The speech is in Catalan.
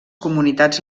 comunitats